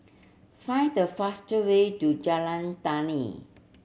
find the faster way to Jalan Tani